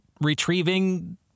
retrieving